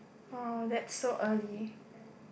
!wow! that's so early